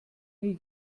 nie